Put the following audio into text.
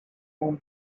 own